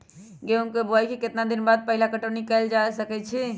गेंहू के बोआई के केतना दिन बाद पहिला पटौनी कैल जा सकैछि?